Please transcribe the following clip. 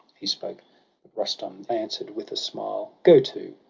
he spoke but rustum answer'd with a smile a go to!